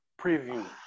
preview